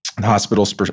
Hospitals